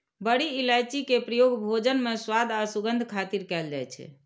बड़ी इलायची के प्रयोग भोजन मे स्वाद आ सुगंध खातिर कैल जाइ छै